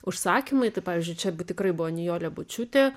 užsakymai tai pavyzdžiui čia b tikrai buvo nijolė bučiūtė